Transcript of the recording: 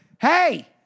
hey